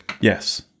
Yes